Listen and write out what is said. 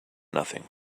nothing